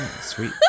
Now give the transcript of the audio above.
Sweet